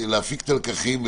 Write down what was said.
להפיק את הלקחים.